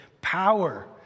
power